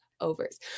overs